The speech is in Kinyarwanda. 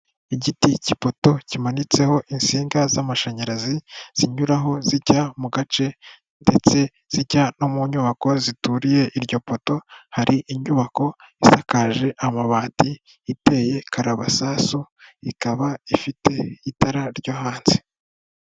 Igiti cy'ipoto kimanitseho insinga z'amashanyarazi, zinyuraho zijya mu gace ndetse zijya no mu nyubako zituriye iryo poto, hari inyubako isakaje amabati iteye karabasasu, ikaba ifite itara ryo hanze.